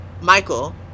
Michael